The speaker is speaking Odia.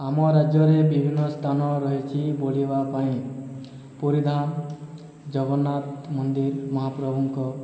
ଆମ ରାଜ୍ୟରେ ବିଭିନ୍ନ ସ୍ଥାନ ରହିଛି ବୁଲିବା ପାଇଁ ପୁରୀ ଧାମ ଜଗନ୍ନାଥ ମନ୍ଦିର୍ ମହାପ୍ରଭୁଙ୍କ